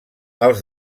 els